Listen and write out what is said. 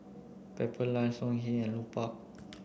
Pepper Lunch Songhe and Lupark